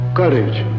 courage